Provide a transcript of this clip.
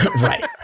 Right